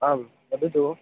आं वदतु